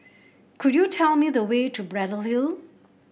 could you tell me the way to Braddell Hill